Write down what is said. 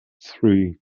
three